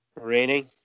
Raining